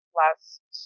last